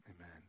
amen